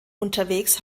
unterwegs